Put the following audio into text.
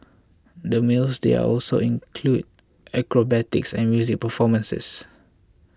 the meals there also include acrobatics and music performances